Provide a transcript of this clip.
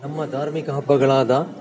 ನಮ್ಮ ಧಾರ್ಮಿಕ ಹಬ್ಬಗಳಾದ